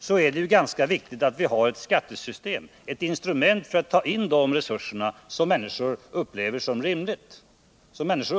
Då är det viktigt att vi har ett instrument för att ta in de resurserna som människor upplever som rimligt och rättfärdigt.